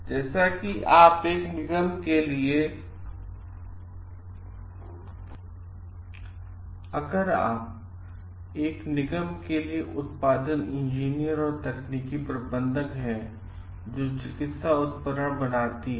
जैसे कि आप एक निगम के लिए उत्पादन इंजीनियर और तकनीकी प्रबंधक हैं जो चिकित्सा उपकरण बनाती है